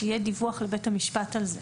שיהיה דיווח לבית המשפט על זה.